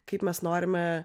kaip mes norime